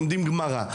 כמו גמרא.